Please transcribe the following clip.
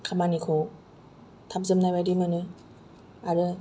खामानिखौ थाब जोबनाय बायदि मोनो आरो